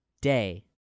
Day